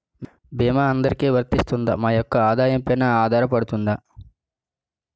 భీమా అందరికీ వరిస్తుందా? మా యెక్క ఆదాయం పెన ఆధారపడుతుందా?